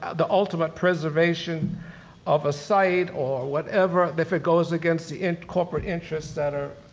the ultimate preservation of a site or whatever if it goes against the and corporate interests that are,